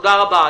תודה רבה.